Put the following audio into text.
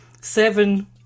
seven